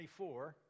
24